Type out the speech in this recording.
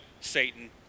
Satan